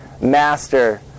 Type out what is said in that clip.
Master